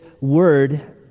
word